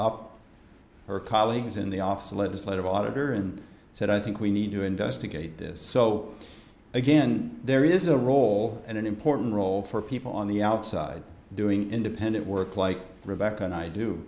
her colleagues in the office of legislative auditor and said i think we need to investigate this so again there is a role and an important role for people on the outside doing independent work like rebecca and i do